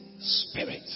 Spirit